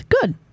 Good